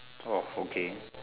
orh okay